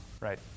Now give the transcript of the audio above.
Right